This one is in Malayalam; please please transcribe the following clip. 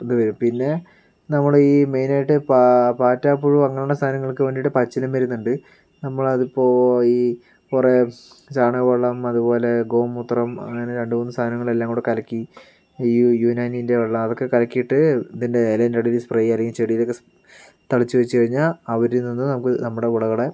ഇത് വരും പിന്നെ നമ്മൾ ഈ മെയിനായിട്ട് പാ പാറ്റ പുഴു അങ്ങനെയുള്ള സാധനങ്ങൾക്ക് വേണ്ടിയിട്ട് പച്ചില മരുന്നുണ്ട് നമ്മൾ അത് ഇപ്പോൾ ഈ കുറേ ചാണക വെള്ളം അതുപോലെ ഗോമൂത്രം അങ്ങനെ രണ്ട് മൂന്ന് സാധനം എല്ലാം കൂടി കലക്കി ഈ യുനാനീൻ്റെ വെള്ളം അതൊക്കെ കലക്കിയിട്ട് ഇതിൻ്റെ ഇലയിൻ്റെ ഇടയിൽ സ്പ്രൈ ചെയ്യുക അല്ലെങ്കിൽ ചെടിയിൽ ഒക്കെ തളിച്ച് വെച്ച് കഴിഞ്ഞാൽ അവരിൽ നിന്നും നമുക്ക് നമ്മുടെ വിളകളെ